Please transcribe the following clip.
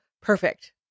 perfect